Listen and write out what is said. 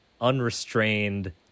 unrestrained